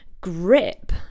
grip